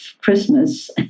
Christmas